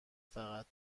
فقط